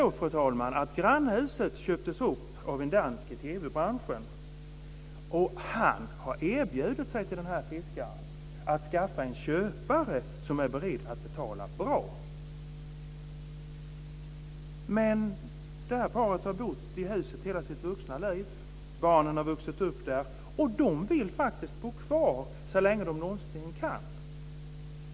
Nu är det så att grannhuset köptes upp av en dansk i TV-branschen, och han har erbjudit sig att skaffa fiskaren en köpare som är beredd att betala bra. Men det här paret har bott i huset hela sitt vuxna liv. Barnen har vuxit upp där, och paret vill faktiskt bo kvar så länge det någonsin kan.